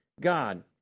God